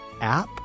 app